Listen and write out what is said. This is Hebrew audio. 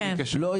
לא,